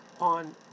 on